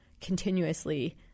continuously